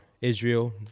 Israel